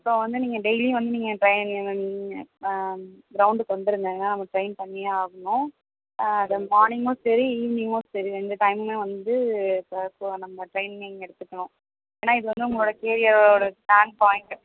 இப்போ வந்து நீங்கள் டெய்லியும் வந்து நீங்கள் ட்ரெய்ன் கிரவுண்டுக்கு வந்துடுங்கங்க அங்கே ட்ரெய்ன் பண்ணி ஆகணும் மார்னிங்கும் சரி ஈவினிங்கும் சரி ரெண்டு டைமும் வந்து இப்போ இப்போ நம்ம ட்ரெய்னிங்கை எடுத்துக்கணும் ஏன்னா இது வந்து உங்களோட கேரியரோட ஸ்ட்ராங் பாயிண்ட்டு